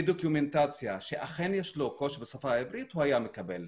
בדוקומנטציה שאכן יש לו קושי בשפה העברית הוא היה מקבל.